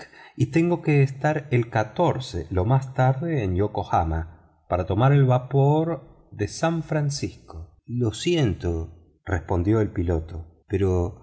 y tengo que estar el día lo más tarde en yokohama para tomar el vapor de san francisco lo siento respondió el piloto pero